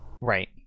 Right